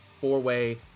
four-way